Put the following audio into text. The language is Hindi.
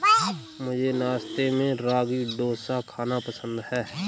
मुझे नाश्ते में रागी डोसा खाना पसंद है